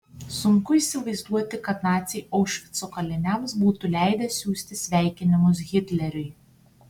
sunku įsivaizduoti kad naciai aušvico kaliniams būtų leidę siųsti sveikinimus hitleriui